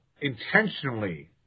intentionally